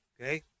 Okay